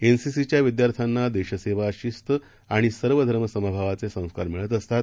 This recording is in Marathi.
एनसीसीच्याविद्यार्थ्यांनादेशसेवा शिस्तआणिसर्वधर्मसमभावाचेसंस्कारमिळतअसतात